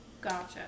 Gotcha